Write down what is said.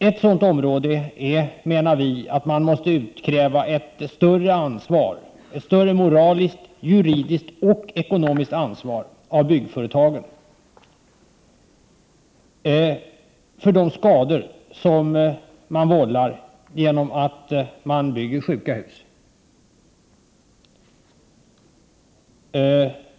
Ett sådant område menar vi i miljöpartiet gäller ansvaret, att man måste utkräva ett större moraliskt, juridiskt och ekonomiskt ansvar av byggföretagen för de skador som man vållar genom att man bygger sjuka hus.